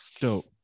Dope